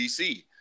DC